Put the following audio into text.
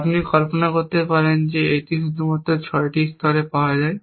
আপনি কল্পনা করতে পারেন যে এটি শুধুমাত্র 6 স্তরে পাওয়া যাবে